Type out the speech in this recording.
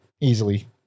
easily